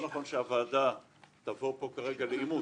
לא נכון שהוועדה תבוא פה כרגע לעימות